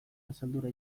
asaldura